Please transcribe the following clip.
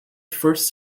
first